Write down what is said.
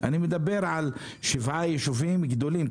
אני מדבר על שבעה יישובים גדולים,